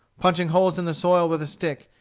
punching holes in the soil with a stick,